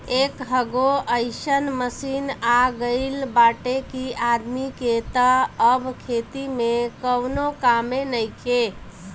एकहगो अइसन मशीन आ गईल बाटे कि आदमी के तअ अब खेती में कवनो कामे नइखे